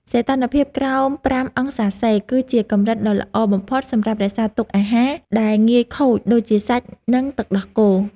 សីតុណ្ហភាពក្រោមប្រាំអង្សាសេ គឺជាកម្រិតដ៏ល្អបំផុតសម្រាប់រក្សាទុកអាហារដែលងាយខូចដូចជាសាច់និងទឹកដោះគោ។